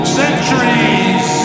centuries